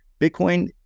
bitcoin